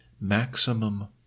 maximum